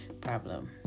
problem